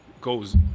goes